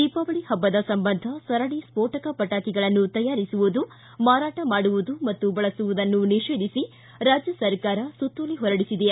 ದೀಪಾವಳಿ ಹಬ್ಬದ ಸಂಬಂಧ ಸರಣಿ ಸೋಟಕ ಪಟಾಕಿಗಳನ್ನು ತಯಾರಿಸುವುದು ಮಾರಾಟ ಮಾಡುವುದು ಮತ್ತು ಬಳಸುವುದನ್ನು ನಿಷೇಧಿಸಿ ರಾಜ್ಯ ಸರ್ಕಾರ ಸುತ್ತೋಲೆ ಹೊರಡಿಸಿದೆ